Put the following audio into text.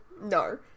No